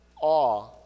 awe